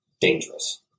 dangerous